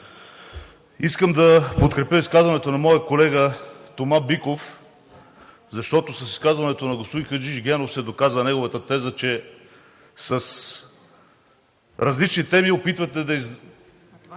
Искам да подкрепя изказването на моя колега Тома Биков, защото с изказването на господин Хаджигенов се доказа неговата теза, че с различни теми опитвате да...